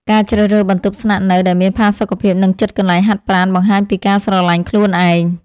ការជ្រើសរើសបន្ទប់ស្នាក់នៅដែលមានផាសុកភាពនិងជិតកន្លែងហាត់ប្រាណបង្ហាញពីការស្រឡាញ់ខ្លួនឯង។